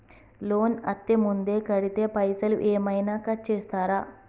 Loan అత్తే ముందే కడితే పైసలు ఏమైనా కట్ చేస్తరా?